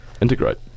integrate